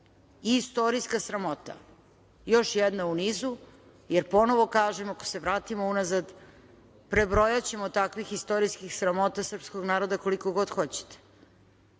Istorijska sramota. Još jedna u nizu, jer ponovo kažem ako se vratimo unazad prebrojaćemo takvih istorijskih sramota srpskog naroda koliko god